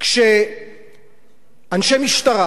כשאנשי משטרה